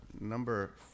number